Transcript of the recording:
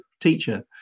teacher